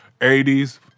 80s